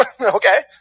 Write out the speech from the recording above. Okay